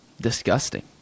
Disgusting